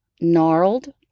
gnarled